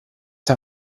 der